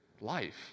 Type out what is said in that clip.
life